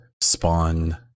spawn